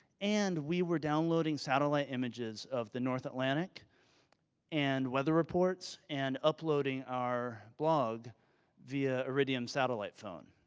and we were downloading satellite images of the north atlantic and weather reports and uploading our blog via iridium satellite phone.